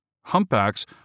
Humpbacks